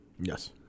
Yes